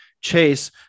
chase